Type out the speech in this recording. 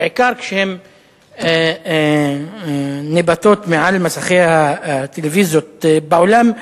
בעיקר כשהן ניבטות מעל מסכי הטלוויזיות בעולם,